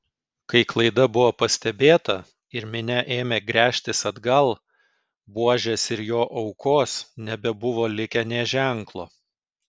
kai klaida buvo pastebėta ir minia ėmė gręžtis atgal buožės ir jo aukos nebebuvo likę nė ženklo